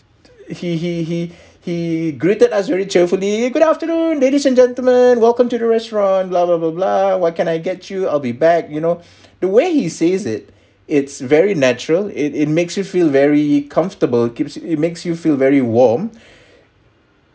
he he he he greeted us very cheerfully good afternoon ladies and gentleman welcome to the restaurant blah blah blah what can I get you I'll be back you know the way he says it it's very natural it it makes you feel very comfortable keeps it makes you feel very warm